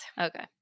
Okay